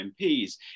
MPs